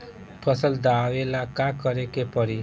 फसल दावेला का करे के परी?